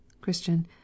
Christian